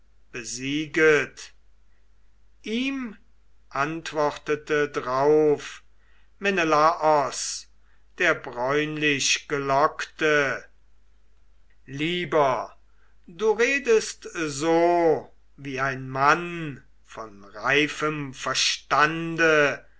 besieget ihm antwortete drauf menelaos der bräunlichgelockte lieber du redest so wie ein mann von reifem verstande